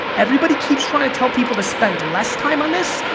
everybody keeps trying to tell people to spend less time on this,